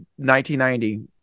1990